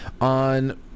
On